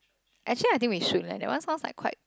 actually I think we should leh that one sounds like quite